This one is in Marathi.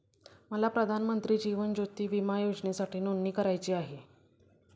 मला प्रधानमंत्री जीवन ज्योती विमा योजनेसाठी नोंदणी करायची आहे